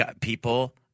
people